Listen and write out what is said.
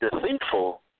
deceitful